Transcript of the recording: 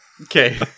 Okay